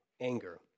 anger